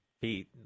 feet